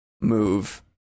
move